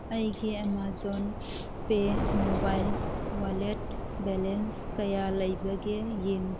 ꯑꯩꯒꯤ Amazon pay mobile wallet balance ꯀꯌꯥ ꯂꯩꯕꯒꯦ ꯌꯦꯡꯉꯨ